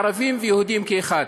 ערבים ויהודים כאחד.